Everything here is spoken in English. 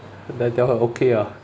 then I tell her okay ah